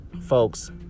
folks